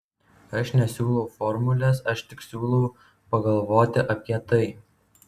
aš nesiūlau formulės aš tik siūlau pagalvoti apie tai